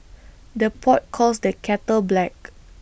the pot calls the kettle black